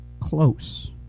close